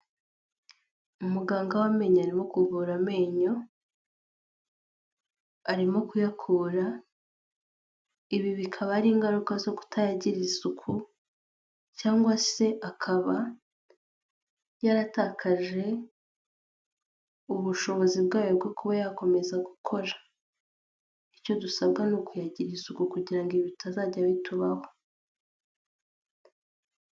Umuganga w'amenyo arimo kuvura amenyo, arimo kuyakura ibi bikaba ari ingaruka zo kutayagirira isuku cyangwa se akaba yaratakaje ubushobozi bwayo bwo kuba yakomeza gukora, icyo dusabwa ni ukuyagirira isuku kugira ngo ibi bitazajya bitubaho.